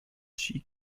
she